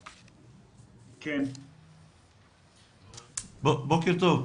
מוגבלויות, בוקר טוב.